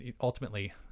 ultimately